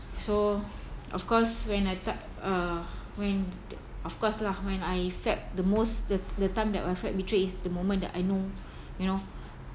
so of course when I t~ uh when of course lah when I felt the most the the time that I felt betrayed is the moment that I know you know